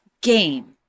game